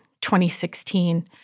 2016